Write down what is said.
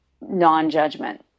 non-judgment